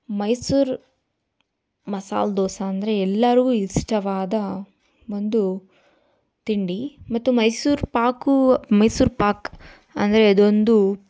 ಮೈಸೂರು ಮಸಾಲೆ ದೋಸೆ ಅಂದರೆ ಎಲ್ಲರಿಗೂ ಇಷ್ಟವಾದ ಒಂದು ತಿಂಡಿ ಮತ್ತು ಮೈಸೂರು ಪಾಕು ಮೈಸೂರು ಪಾಕು ಅಂದರೆ ಅದೊಂದು